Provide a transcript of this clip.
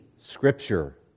Scripture